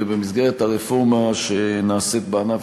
במסגרת הרפורמה שנעשית בענף,